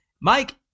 Mike